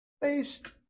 based